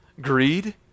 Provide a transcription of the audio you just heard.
Greed